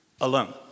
alone